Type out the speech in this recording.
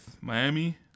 Miami